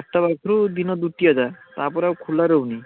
ଆଠଟା ପାଖରୁ ଦିନ ଦୁଇଟା ଯାଏଁ ତା'ପରେ ଆଉ ଖୋଲା ରହୁନି